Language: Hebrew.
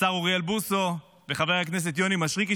השר אוריאל בוסו וחבר הכנסת יוני מישרקי,